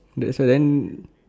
that's why then